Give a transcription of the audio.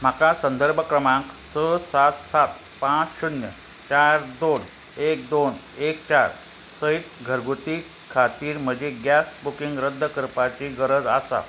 म्हाका संदर्भ क्रमांक स सात सात पांच शुन्य चार दोन एक दोन एक चार सहित घरगुती खातीर म्हजी गॅस बुकींग रद्द करपाची गरज आसा